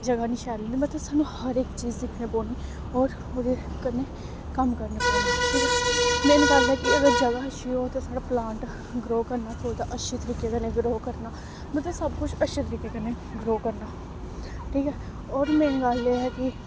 जगह् निं शैल मतलब सानूं हर इक चीज़ दिक्खनी पौनी होर ओह्दे कन्नै कम्म करना पौना मेन गल्ल ऐ कि अगर जगह् अच्छी होग ते साढ़ा प्लांट ग्रो करना अच्छे तरीके कन्नै ग्रो करना मतलब सब कुछ अच्छे तरीके कन्नै ग्रो करना ठीक ऐ होर मेन गल्ल एह् ऐ कि